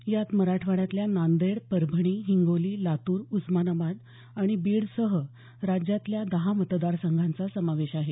यात मराठवाड्यातल्या नांदेड परभणी हिंगोली लातूर उस्मानाबाद आणि बीडसह राज्यातल्या दहा मतदारसंघांचा समावेश आहे